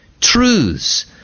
truths